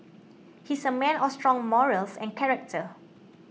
he's a man of strong morals and character